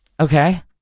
Okay